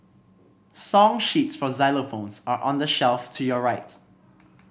song sheets for xylophones are on the shelf to your rights